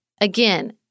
again